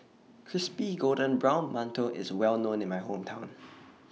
Crispy Golden Brown mantou IS Well known in My Hometown